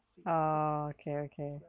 oh okay okay